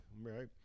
Right